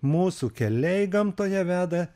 mūsų keliai gamtoje veda